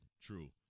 true